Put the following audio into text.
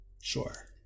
Sure